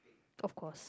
of course